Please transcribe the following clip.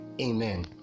amen